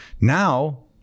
Now